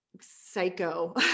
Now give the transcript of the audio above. psycho